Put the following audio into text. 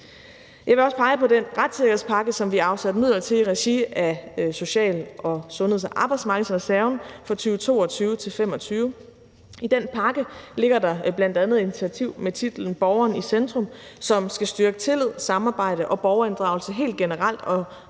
Jeg vil også pege på den retssikkerhedspakke, som vi afsatte midler til i regi af social-, sundheds- og arbejdsmarkedsreserven for 2022-2025. I den pakke ligger der bl.a. et initiativ med titlen »Borgeren i centrum«, som skal styrke tillid, samarbejde og borgerinddragelse helt generelt, og som